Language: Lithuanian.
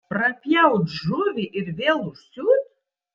prapjaut žuvį ir vėl užsiūt